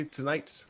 tonight